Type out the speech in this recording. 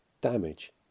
damage